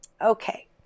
Okay